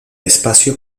espacio